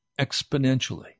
exponentially